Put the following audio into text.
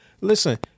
Listen